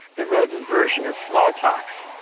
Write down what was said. the rodent version of smallpox.